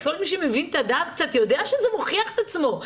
כל מי שמבין --- יודע שזה מוכיח את עצמו.